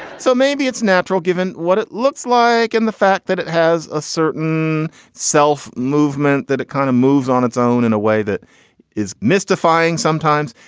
so maybe it's natural given what it looks like and the fact that it has a certain self movement, that it kind of moves on its own in a way that is mystifying sometimes.